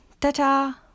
ta-ta